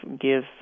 give